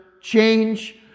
change